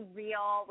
real